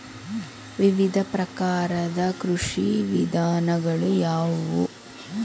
ವಿವಿಧ ಪ್ರಕಾರದ ಕೃಷಿ ವಿಧಾನಗಳು ಯಾವುವು?